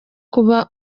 kuba